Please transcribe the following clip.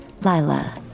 Lila